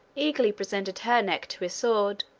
eagerly presented her neck to his sword